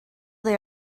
they